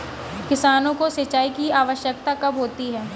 किसानों को सिंचाई की आवश्यकता कब होती है?